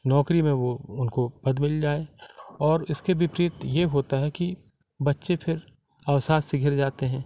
नौकरी में वह उनको पद मिल जाए और इसके विपरीत यह होता है कि बच्चे फिर अवसाद से घिर जाते हैं